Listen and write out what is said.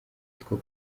utwo